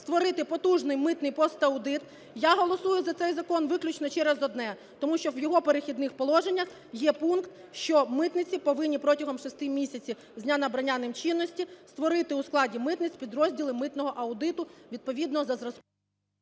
створити потужний митний пост-аудит. Я голосую за цей закон виключно через одне: тому що в його "Перехідних положеннях" є пункт, що митниці повинні протягом 6 місяців з дня набрання ним чинності, створити у складі митниць підрозділи митного аудиту відповідно за...